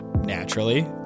naturally